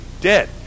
dead